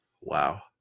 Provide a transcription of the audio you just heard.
wow